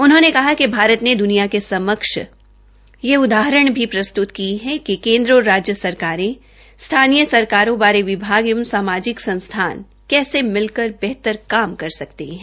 उन्होंने कहा कि भारत ने दुनिया के समक्ष यह उदाहरण भी प्रस्तुत की है कि केन्द्र और राज्य सरकारें स्थानीय सरकारों बारे विभाग एवं सामाजिक संस्थान कैसे मिलकर बेहतर कर सकते हैं